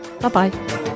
Bye-bye